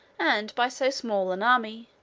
and by so small an army,